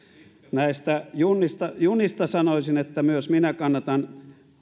näistä junista junista sanoisin että myös minä kannatan